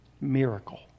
Miracle